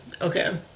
Okay